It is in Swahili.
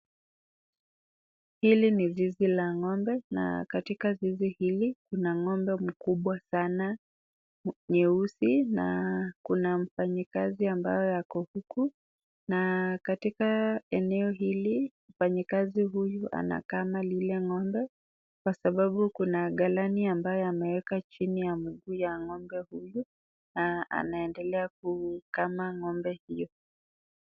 Hili ni zizi la ng'ombe na katika zizi hili kuna ng'ombe mkubwa sana nyeusi na kuna mfanyakazi ambayo ako huku na katika eneo hili mfanyakazi huyu anakama lile ng'ombe kwasababu kuna galani amabyo ameweka chini ya mguu ya ng'ombe huyu na anaendelea kukama ng'ombe hiyo.